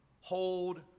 hold